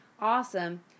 awesome